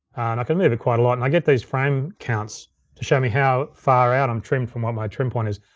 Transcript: and i can move it quite a lot, and i get those frame counts to show me how far out i'm trim from what my trim point is.